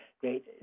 great